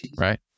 Right